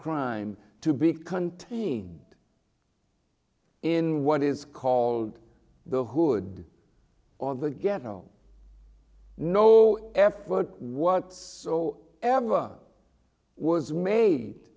crime to be contained in what is called the hood of the ghetto no effort what so ever was made